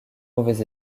mauvais